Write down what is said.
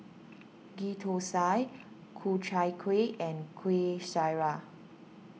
Ghee Thosai Ku Chai Kueh and Kueh Syara